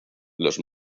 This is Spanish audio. los